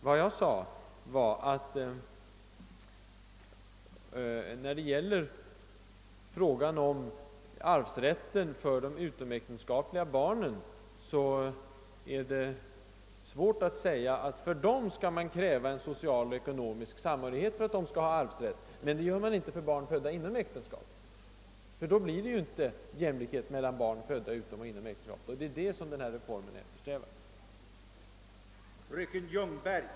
Vad jag sade var, att det är svårt, att för de utomäktenskapliga barnens arvsrätt kräva en social och ekonomisk samhörighet, men inte göra det för barn födda inom äktenskapet. Då har man ju inte jämlikhet mellan barn födda inom äktenskapet och barn födda utom äktenskapet, och det är det man genom denna reform eftersträvar.